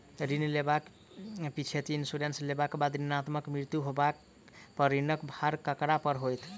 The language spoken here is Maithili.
ऋण लेबाक पिछैती इन्सुरेंस लेबाक बाद ऋणकर्ताक मृत्यु होबय पर ऋणक भार ककरा पर होइत?